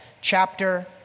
chapter